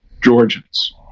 Georgians